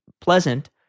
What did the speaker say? pleasant